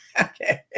okay